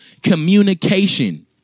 communication